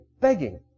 begging